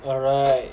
alright